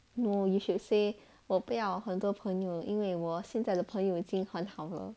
no you should say 我不要很多朋友因为我现在的朋友已经很好了